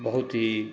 बहुत ही